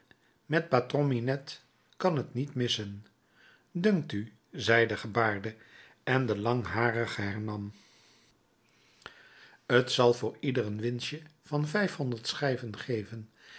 met patron minette kan t niet missen dunkt u zei de gebaarde en de langharige hernam t zal voor ieder een winstje van vijfhonderd schijven geven